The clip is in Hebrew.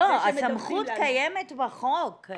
לא, הסמכות קיימת בחוק.